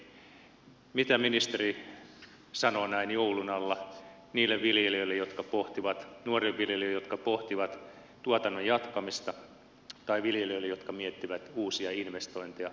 mitä ministeri sanoo näin joulun alla niille nuorille viljelijöille jotka pohtivat tuotannon jatkamista tai viljelijöille jotka miettivät uusia investointeja